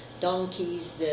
donkeys